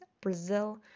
Brazil